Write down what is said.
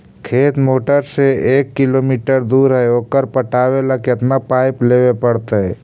खेत मोटर से एक किलोमीटर दूर है ओकर पटाबे ल केतना पाइप लेबे पड़तै?